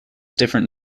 different